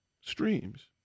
streams